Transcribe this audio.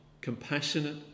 compassionate